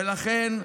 ולכן,